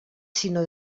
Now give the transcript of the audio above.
sinó